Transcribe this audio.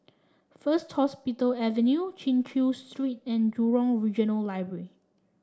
First Hospital Avenue Chin Chew Street and Jurong Regional Library